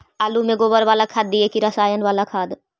आलु में गोबर बाला खाद दियै कि रसायन बाला खाद?